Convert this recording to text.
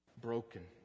broken